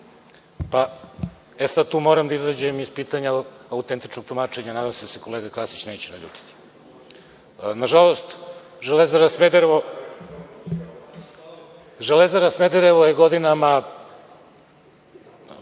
Sada tu moram da izađem iz pitanja autentičnog tumačenja, nadam se da se kolega Krasić neće naljutiti. Nažalost, „Železara“ Smederevo godinama